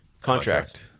contract